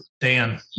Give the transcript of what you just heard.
Dan